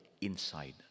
inside